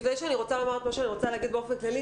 לפני שאומר את הדברים באופן כללי,